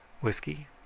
Whiskey